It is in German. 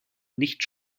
nicht